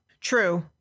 true